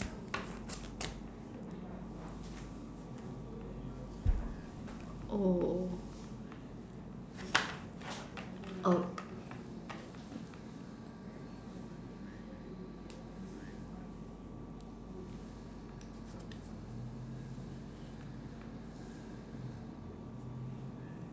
oh oh